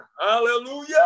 Hallelujah